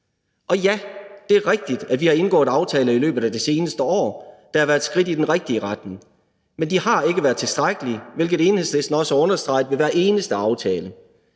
Og ja, det er rigtigt, at vi har indgået aftaler i løbet af det seneste år, der har været skridt i den rigtige retning, men de har ikke været tilstrækkelige, hvilket Enhedslisten også har understreget ved hver eneste aftale.